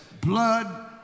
blood